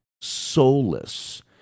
soulless